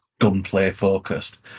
gunplay-focused